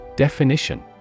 Definition